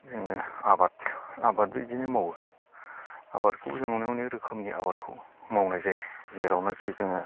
जोङो आबाद आबादबो इदिनो मावो आबादखौ जों अनेख अनेख रोखोमनि आबादखौ मावनाय जायो जेरावनाखि जोङो